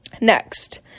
Next